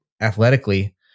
athletically